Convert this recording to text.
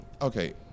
Okay